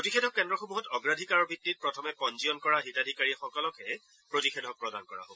প্ৰতিষেধক কেন্দ্ৰসমূহত অগ্ৰাধিকাৰৰ ভিত্তিত প্ৰথমে পঞ্জীয়ন কৰা হিতাধিকাৰীসকলকহে প্ৰতিষেধক প্ৰদান কৰা হ'ব